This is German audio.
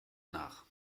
nach